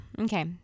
Okay